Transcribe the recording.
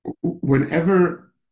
whenever